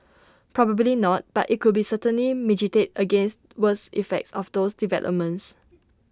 probably not but IT could certainly mitigate against worst effects of those developments